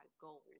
goals